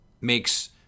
makes